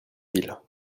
ville